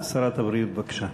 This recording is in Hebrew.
שרת הבריאות, בבקשה.